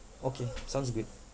okay sounds good